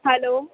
hello